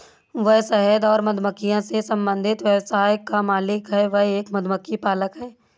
वह शहद और मधुमक्खियों से संबंधित व्यवसाय का मालिक है, वह एक मधुमक्खी पालक है